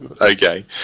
Okay